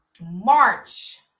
March